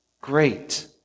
great